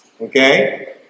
Okay